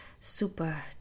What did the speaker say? super